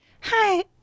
Hi